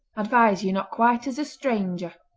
advise you not quite as a stranger